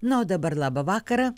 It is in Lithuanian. na o dabar labą vakarą